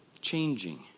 changing